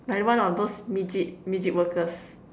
like one of those midget midget workers